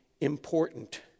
important